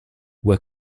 were